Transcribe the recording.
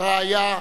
הרעיה,